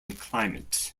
climate